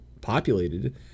populated